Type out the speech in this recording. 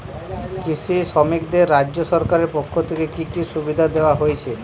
কৃষি শ্রমিকদের রাজ্য সরকারের পক্ষ থেকে কি কি সুবিধা দেওয়া হয়েছে?